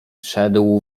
szedł